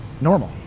normal